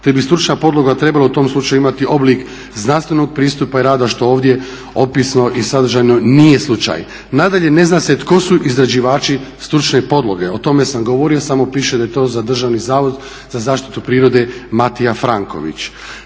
te bi stručna podloga trebala u tom slučaju imati oblik znanstvenog pristupa i rada što ovdje opisno i sadržajno nije slučaj. Nadalje, ne zna se tko su izrađivači stručne podloge, o tome sam govorio samo piše da je to za Državni zavod za zaštitu prirode Matija Franković.